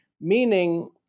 Meaning